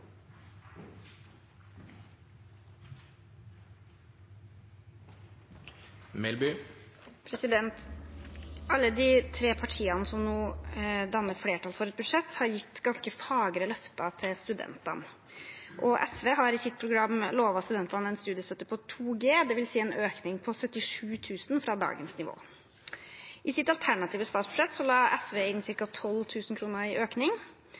Alle de tre partiene som nå danner flertall for et budsjett, har gitt ganske fagre løfter til studentene. SV har i sitt program lovet studentene en studiestøtte på 2G, dvs. en økning på 77 000 kr fra dagens nivå. I sitt alternative statsbudsjett la SV inn ca. 12 000 kr i økning,